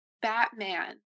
Batman